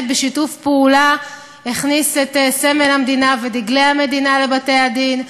בשיתוף פעולה הכניס את סמל המדינה ודגלי המדינה לבתי-הדין.